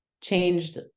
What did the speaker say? changed